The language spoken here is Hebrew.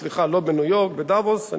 סליחה, לא בניו-יורק, בדבוס.